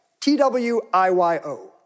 T-W-I-Y-O